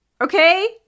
okay